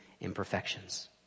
imperfections